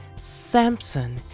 Samson